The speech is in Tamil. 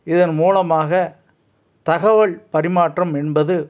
இதன் மூலமாக தகவல் பரிமாற்றம் என்பது